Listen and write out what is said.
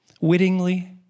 wittingly